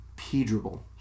P-dribble